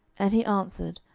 and he answered,